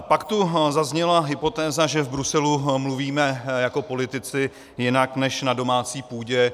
Pak tu zazněla hypotéza, že v Bruselu mluvíme jako politici jinak než na domácí půdě.